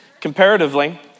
Comparatively